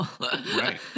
Right